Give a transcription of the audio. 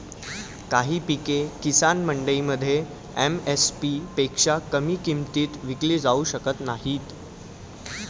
काही पिके किसान मंडईमध्ये एम.एस.पी पेक्षा कमी किमतीत विकली जाऊ शकत नाहीत